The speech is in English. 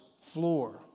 floor